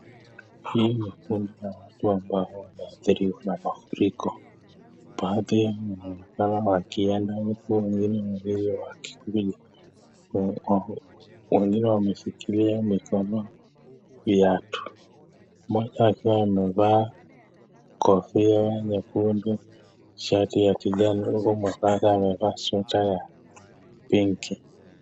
Hii ni kundi ya watu ambao wameathirika na mafuriko. Baadhi yao wanaonekana wakienda huku wengine wawili wakikuja. Wengine wameshikilia mikono viatu, mmoja akiwa amevaa kofia nyekundu shati ya kijani huku mwenzake amevaa sweta ya pinkie.